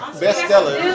bestseller